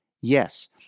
yes